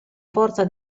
forza